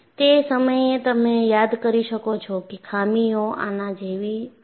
તે સમયે તમે યાદ કરી શકો છો કે ખામીઓ આના જેવી હતી